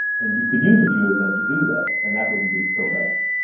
and you can use a few of them to do that, and that wouldn't be so bad.